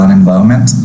environment